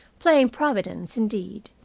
playing providence, indeed,